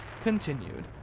continued